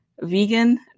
vegan